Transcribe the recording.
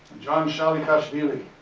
john shalikashvili,